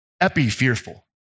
epi-fearful